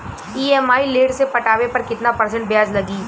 EMI late से पटावे पर कितना परसेंट ब्याज लगी?